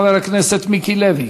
חבר הכנסת מיקי לוי.